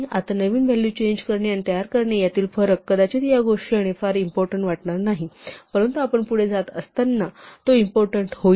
आता नवीन value change करणे आणि तयार करणे यातील हा फरक कदाचित या क्षणी फार इम्पॉर्टन्ट वाटणार नाही परंतु आपण पुढे जात असताना तो इम्पॉर्टन्ट होईल